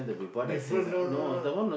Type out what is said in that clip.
different no no no